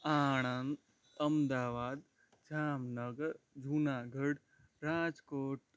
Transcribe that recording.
Anand Ahmedabad Jamnagar Junagadh Rajkot